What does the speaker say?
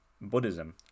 Buddhism